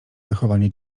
wychowanie